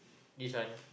this one